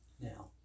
Now